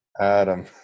Adam